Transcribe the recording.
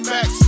Max